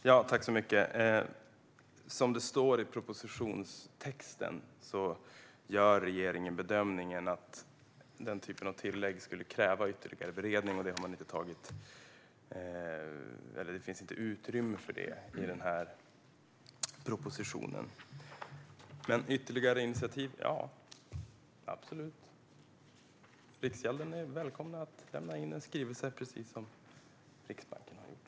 Fru talman! Som det står i propositionstexten gör regeringen bedömningen att den typen av tillägg skulle kräva ytterligare beredning, och det finns inte utrymme för det i den här propositionen. Kan det tas ytterligare initiativ? Ja, absolut! Riksgälden är välkommen att lämna in en skrivelse, precis som Riksbanken har gjort.